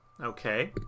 Okay